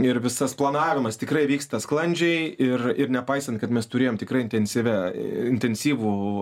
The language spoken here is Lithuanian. ir visas planavimas tikrai vyksta sklandžiai ir ir nepaisant kad mes turėjom tikrai intensyvia intensyvų